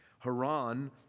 Haran